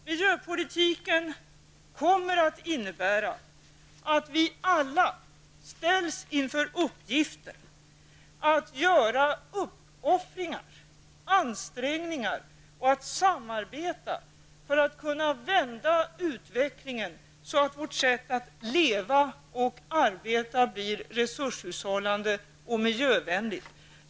Miljöpolitiken kommer att innebära att vi alla ställs inför uppgiften att göra uppoffringar och ansträngningar och att samarbeta för att kunna vända utvecklingen så att vårt sätt att leva och arbeta blir resurshushållande och miljövänligt.